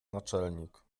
naczelnik